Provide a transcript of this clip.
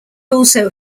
also